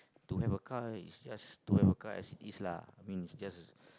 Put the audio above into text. to have a car is just to have a car as it is lah I mean it's just a